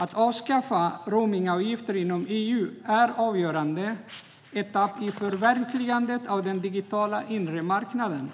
Att avskaffa roamingavgifter inom EU är en avgörande etapp i förverkligandet av den digitala inre marknaden.